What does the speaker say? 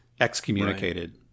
excommunicated